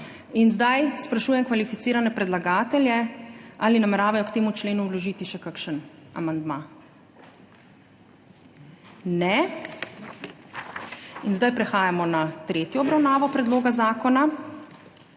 Zdaj sprašujem kvalificirane predlagatelje, ali nameravajo k temu členu vložiti še kakšen amandma. (Ne.) Prehajamo na **tretjo obravnavo** predloga zakona.